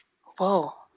Whoa